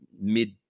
mid